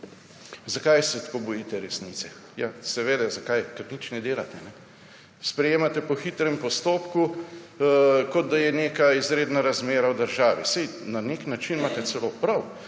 Zakaj se tako bojite resnice? Ja, seveda, zakaj, ker nič ne delate! Sprejemate po hitrem postopku, kot da je neka izredna razmera v državi. Saj na nek način imate celo prav,